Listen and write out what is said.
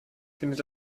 findet